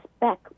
back